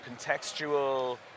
contextual